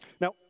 Now